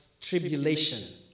tribulation